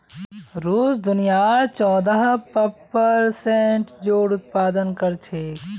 रूस दुनियार चौदह प्परसेंट जौर उत्पादन कर छेक